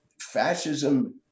fascism